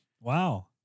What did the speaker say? Wow